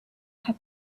her